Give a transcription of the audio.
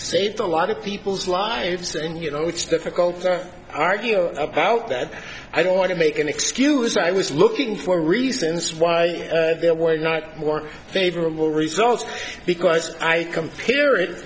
saved a lot of people's lives and you know it's difficult to argue about that i don't want to make an excuse i was looking for reasons why there were not more favorable results because i compare it